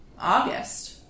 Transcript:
August